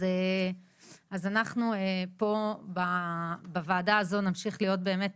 אז אנחנו פה בוועדה הזו נמשיך להיות באמת